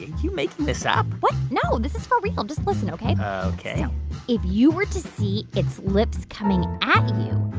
you making this up? what? no, this is for real. just listen, ok? ok if you were to see its lips coming at you,